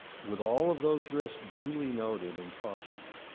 with all of those risks duly noted and cautioned.